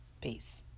Peace